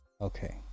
okay